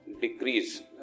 decrease